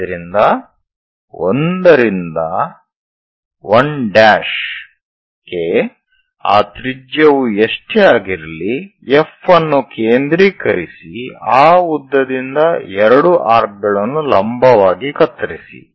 ಆದ್ದರಿಂದ 1 ರಿಂದ 1 ' ಕ್ಕೆ ಆ ತ್ರಿಜ್ಯವು ಎಷ್ಟೇ ಆಗಿರಲಿ F ಅನ್ನು ಕೇಂದ್ರೀಕರಿಸಿ ಆ ಉದ್ದದಿಂದ ಎರಡು ಆರ್ಕ್ ಗಳನ್ನು ಲಂಬವಾಗಿ ಕತ್ತರಿಸಿ